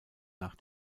nach